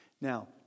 Now